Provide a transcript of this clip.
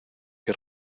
que